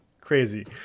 crazy